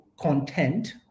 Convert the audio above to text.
content